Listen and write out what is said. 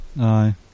aye